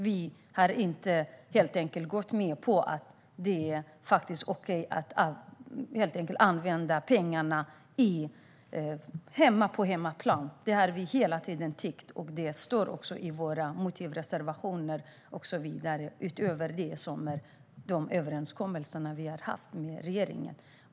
Vi har helt enkelt inte gått med på att det är okej att använda pengarna på hemmaplan. Det har vi hela tiden tyckt, och det står också i våra motivreservationer och så vidare utöver de överenskommelser vi har med regeringen.